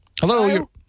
Hello